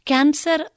Cancer